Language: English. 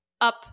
up